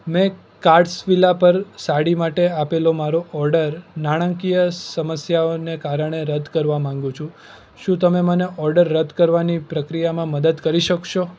મેં કાર્ટ્સવિલા પર સાડી માટે આપેલો મારો ઓર્ડર નાણાકીય સમસ્યાઓને કારણે રદ કરવા માંગુ છું શું તમે મને ઓર્ડર રદ કરવાની પ્રક્રિયામાં મદદ કરી શકશો